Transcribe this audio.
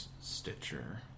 stitcher